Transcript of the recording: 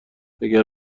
اگه